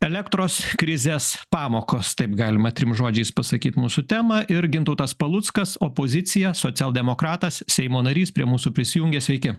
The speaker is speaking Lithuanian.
elektros krizės pamokos taip galima trim žodžiais pasakyt mūsų temą ir gintautas paluckas opozicija socialdemokratas seimo narys prie mūsų prisijungė sveiki